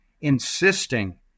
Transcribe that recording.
insisting